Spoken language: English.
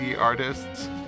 artists